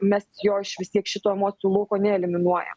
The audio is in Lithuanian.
mes jo iš vis tiek šito emocijų lauko neeliminuojam